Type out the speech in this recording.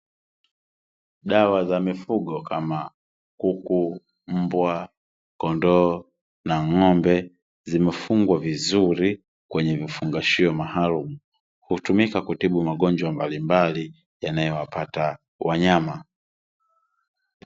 Dawa za mifugo kama: kuku, mbwa, kondoo, na ng'ombe; zimefungwa vizuri kwenye vifungashio maalumu. Hutumika kutibu magonjwa mbalimbali yanayowapata wanyama.